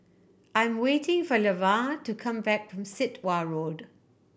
I'm waiting for Levar to come back from Sit Wah Road